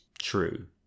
True